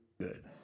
good